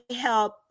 help